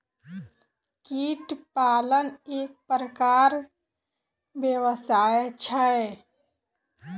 कीट पालन एक प्रकारक व्यवसाय छै